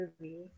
movie